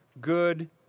good